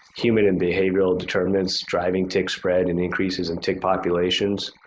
human and behavioral determinants driving tick spread and increases in tick populations,